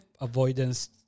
avoidance